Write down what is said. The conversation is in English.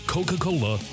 Coca-Cola